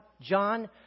John